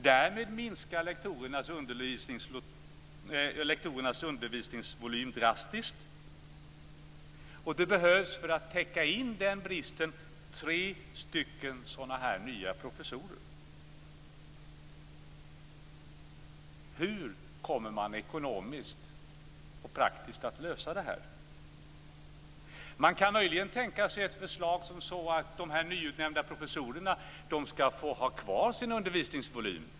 Därmed minskar undervisningsvolymen drastiskt, och för att täcka den bristen behövs tre nya professorer. Hur kommer man ekonomiskt och praktiskt att lösa detta? Man kan möjligen tänka sig ett förslag som låter de nya professorerna behålla en lektors undervisningsvolym.